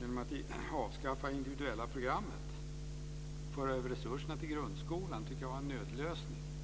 genom att avskaffa det individuella programmet och föra över resurserna till grundskolan är en nödlösning.